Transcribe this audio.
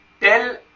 tell